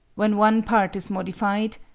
when one part is modified,